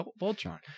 Voltron